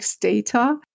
Data